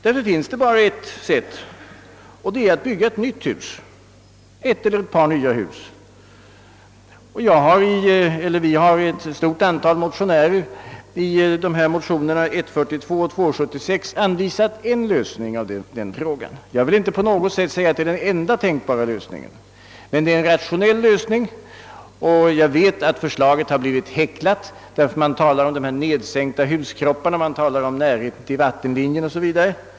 Nej, det finns bara ett sätt, och det är att bygga ett eller ett par nya hus. Ett stort antal motionärer, bland dem jag själv, har också 1 motionerna I: 42 och II: 76 anvisat en lösning. Jag vill inte säga att det är den enda tänkbara lösningen, men den är rationell. Vårt förslag har blivit häcklat. Man har talat om de nedsänkta huskropparna, om närheten till vattenlinjen o. s. v.